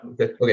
Okay